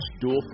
dual